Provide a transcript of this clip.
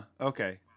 Okay